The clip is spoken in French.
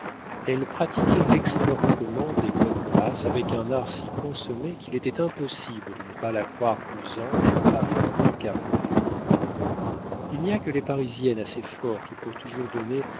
elle pratiquait l'extorquement des bonnes grâces avec un art si consommé qu'il était impossible de ne pas la croire plus ange avant qu'après il n'y a que les parisiennes assez fortes pour toujours donner